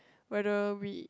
whether we